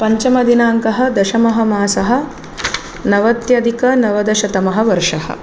पञ्चमदिनाङ्कः दशमः मासः नवत्यधिकनवदशतमः वर्षः